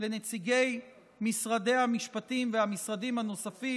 לנציגי משרדי המשפטים והמשרדים הנוספים,